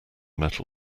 metal